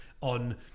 on